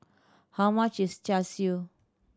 how much is Char Siu